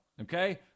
Okay